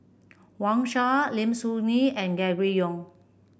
Wang Sha Lim Soo Ngee and Gregory Yong